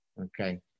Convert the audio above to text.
Okay